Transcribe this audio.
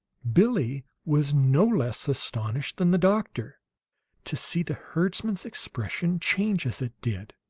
billie was no less astonished than the doctor to see the herdsman's expression change as it did